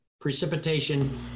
precipitation